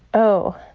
oh,